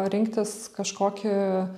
rinktis kažkokį